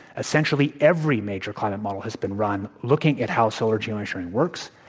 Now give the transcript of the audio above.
essentially every major climate model has been run, looking at how solar geoengineering works.